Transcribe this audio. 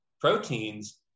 proteins